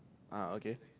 ah okay